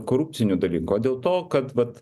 korupcinių dalykų o dėl to kad vat